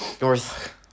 North